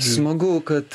smagu kad